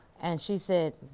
and she said,